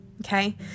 okay